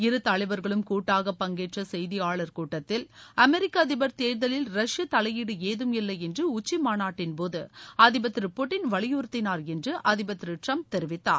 இரு தலைவர்களும் கூட்டாக பங்கேற்ற செய்தியாளர் கூட்டத்தில் அமெரிக்க அதிபர் தேர்தலில் ரஷ்ய தலையீடு ஏதும் இல்லை என்று உச்சி மாநாட்டின்போது அதிபா் திரு புட்டின் வலியுறத்தினாா் என்று அதிபா் திரு டிரம்ப் தெரிவித்தார்